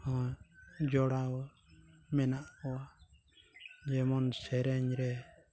ᱦᱚᱸ ᱡᱚᱲᱟᱣ ᱢᱮᱱᱟᱜ ᱠᱚᱣᱟ ᱡᱮᱢᱚᱱ ᱥᱮᱨᱮᱧ ᱨᱮ